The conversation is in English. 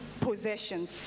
possessions